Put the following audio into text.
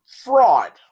fraud